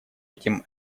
этим